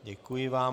Děkuji vám.